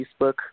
facebook